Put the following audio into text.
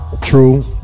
True